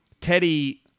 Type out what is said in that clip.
Teddy